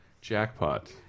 Jackpot